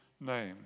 name